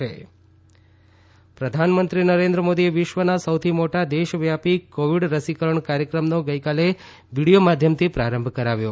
PM Modi રસીકરણ પ્રધાનમંત્રી નરેન્દ્ર મોદીએ વિશ્વના સૌથી મોટા દેશવ્યાપી કોવિડ રસીકરણ કાર્યક્રમનો ગઈકાલે વિડિયો માધ્યમથી પ્રારંભ કરાવ્યો